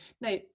Now